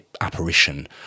apparition